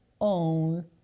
own